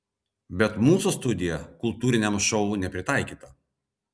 bet mūsų studija kultūriniam šou nepritaikyta